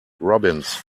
robins